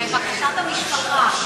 לבקשת המשפחה.